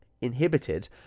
inhibited